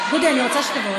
חזן.